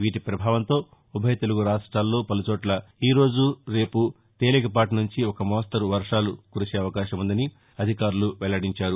దీని ప్రభావంతో ఉభయ తెలుగు రాష్ట్రాల్లో పలుచోట్ల ఈరోజు రేపు తేలిక పాటి నుంచి ఓ మోస్తరు వర్వాలు కురిసే అవకాశం ఉందని అధికారులు వెల్లడించారు